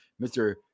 Mr